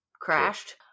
crashed